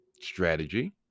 strategy